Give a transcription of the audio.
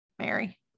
Mary